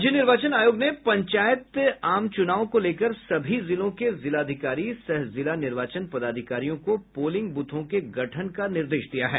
राज्य निर्वाचन आयोग ने पंचायत आम चूनाव को लेकर सभी जिलों के जिलाधिकारी सह जिला निर्वाचन पदाधिकारियों को पोलिंग ब्रथों के गठन का निर्देश दिया है